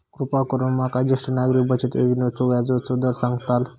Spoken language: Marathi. कृपा करून माका ज्येष्ठ नागरिक बचत योजनेचो व्याजचो दर सांगताल